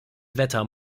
wetter